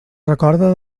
recorda